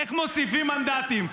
איך מוסיפים מנדטים.